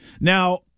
Now